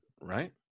right